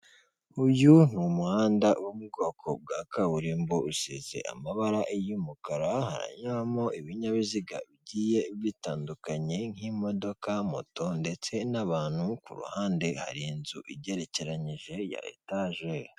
Uyu ni umuhanda wo mu bwoko bwa kaburimbo usize amabara y'umukara haranyuramo ibinyabiziga bigiye bitandukanye nk'imodoka, moto ndetse n'abantu ku ruhande hari inzu igerekeranyije ya etaje.